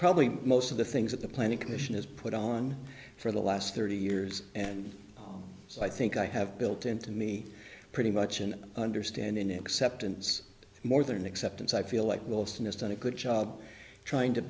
probably most of the things that the planning commission has put on for the last thirty years and so i think i have built into me pretty much an understanding acceptance more than acceptance i feel like wilson has done a good job trying to